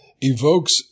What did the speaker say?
evokes